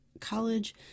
college